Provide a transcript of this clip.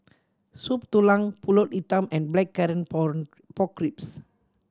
Soup Tulang Pulut Hitam and Blackcurrant Pork Ribs